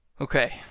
Okay